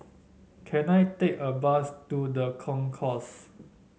can I take a bus to The Concourse